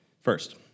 First